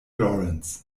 lawrence